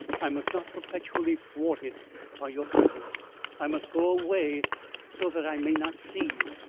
i must not perpetually thwart it by your presence i must go away so that i may not see you,